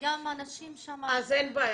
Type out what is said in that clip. תודה,